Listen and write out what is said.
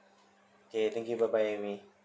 okay thank you bye bye amy